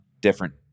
different